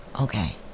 Okay